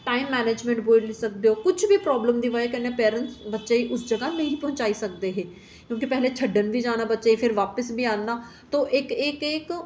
time management बोल्ली सकदे ओ किश बी पेरैंट्स उस जगह् नेईं पजाई सकदे हे की के पैह्लें छड्डन बी जाना बच्चे गी भी लैने गी बी जाना ते एह् इक